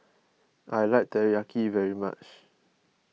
I like Teriyaki very much